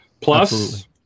plus